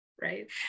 right